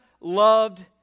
loved